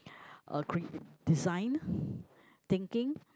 uh create design thinking